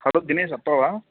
hello Dinesh அப்பாவா